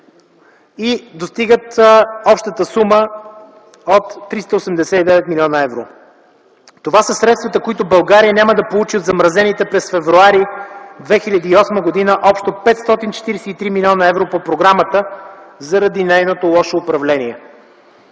и достигат общата сума от 389 млн. евро. Това са средствата, които България няма да получи от замразените през февруари 2008 г. общо 543 млн. евро по програмата заради лошото й управление.